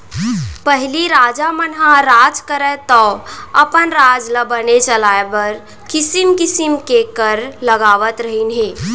पहिली राजा मन ह राज करयँ तौ अपन राज ल बने चलाय बर किसिम किसिम के कर लगावत रहिन हें